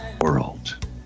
world